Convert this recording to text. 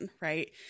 right